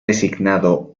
designado